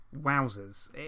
Wowzers